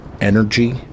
energy